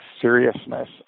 seriousness